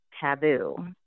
taboo